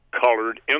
colored